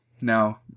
no